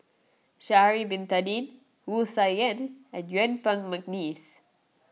Sha'ari Bin Tadin Wu Tsai Yen and Yuen Peng McNeice